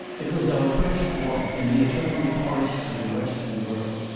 it was our first walk in the eternal forests of the western world,